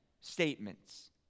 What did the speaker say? statements